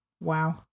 Wow